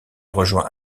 rejoint